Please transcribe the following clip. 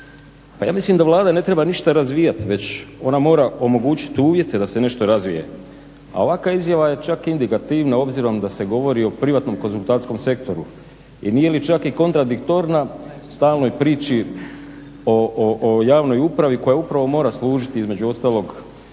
Pa ja mislim da Vlada ne treba ništa razvijati već ona mora omogućiti uvjete da se nešto razvije. A ovakva izjava je čak indikativna obzirom da se govori o privatnom konzultantskom sektoru. I nije li čak i kontradiktorna stalnoj priči o javnoj upravi koja upravo mora služiti između ostalog i